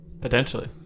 Potentially